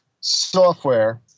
software